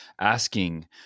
asking